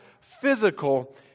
physical